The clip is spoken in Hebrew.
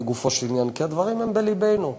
כי הדברים הם בלבנו,